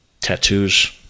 tattoos